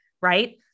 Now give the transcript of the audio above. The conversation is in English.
right